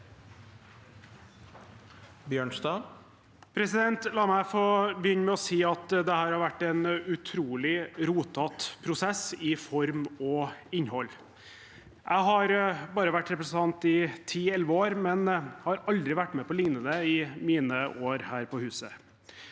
La meg få begyn- ne med å si at dette har vært en utrolig rotete prosess i form og innhold. Jeg har bare vært representant i ti–elleve år, men har aldri vært med på lignende i mine år her på huset.